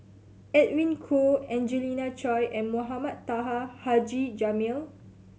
Edwin Koo Angelina Choy and Mohamed Taha Haji Jamil